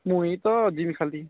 ମୁଁ ଏଇତ ଯିବି ଖାଲି